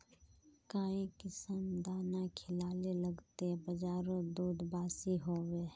काई किसम दाना खिलाले लगते बजारोत दूध बासी होवे?